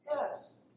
Yes